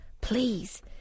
Please